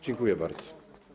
Dziękuję bardzo.